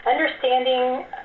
understanding